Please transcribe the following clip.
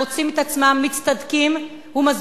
מוצאים את עצמם מצטדקים ומסבירים